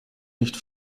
nicht